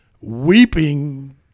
weeping